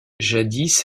jadis